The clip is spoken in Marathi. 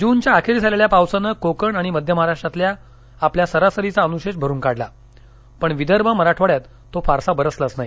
जूनच्या अखेरीस आलेल्या पावसानं कोकण आणि मध्य महाराष्ट्रातला आपल्या सरासरीचा अनुशेष भरून काढला पण विदर्भ मराठवाड्यात तो फारसा बरसलाच नाही